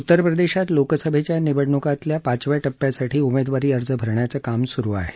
उत्तर प्रदेशात लोकसभेच्या निवडण्कांतल्या पाचव्या टप्प्यासाठी उमेदवारी अर्ज भरण्याचं काम सुरू आहे